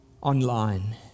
online